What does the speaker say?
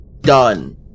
done